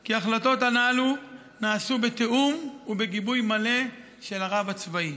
כי ההחלטות הללו נעשו בתיאום ובגיבוי מלא של הרב הצבאי.